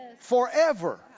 forever